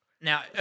Now